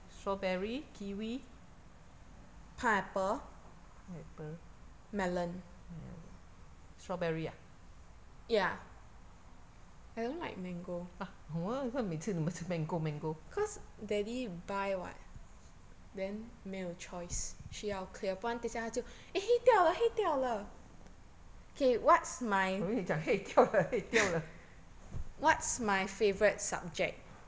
strawberry kiwi pineapple melon strawberry ah !huh! 每次你们吃 mango mango 我以为你讲可以掉了可以掉了